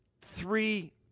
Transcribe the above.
three